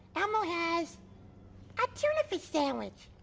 elmo has a tuna fish sandwich.